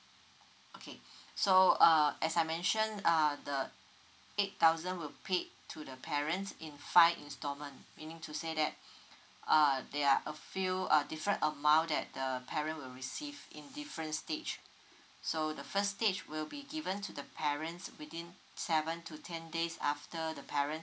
okay so uh as I mentioned err the eight thousand will paid to the parents in five instalment meaning to say that uh they are of few a different amount that the parent will receive in different stage so the first stage will be given to the parents within seven to ten days after the parent